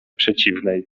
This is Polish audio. przeciwnej